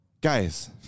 guys